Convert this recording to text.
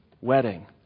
wedding